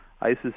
ISIS